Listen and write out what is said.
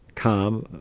calm.